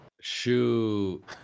Shoot